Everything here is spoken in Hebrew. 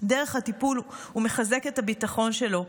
דרך הטיפול הוא מחזק את הביטחון שלו,